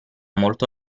molto